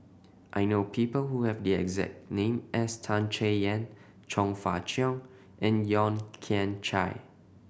I know people who have the exact name as Tan Chay Yan Chong Fah Cheong and Yeo Kian Chai